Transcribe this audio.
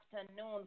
afternoon